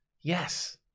yes